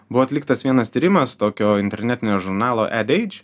buvo atliktas vienas tyrimas tokio internetinio žurnalo edeidž